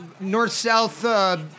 north-south